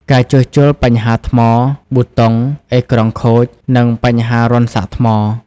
ការជួសជុលបញ្ហាថ្ម ប៊ូតុង អេក្រង់ខូច និងបញ្ហារន្ធសាកថ្ម។